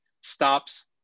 stops